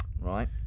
Right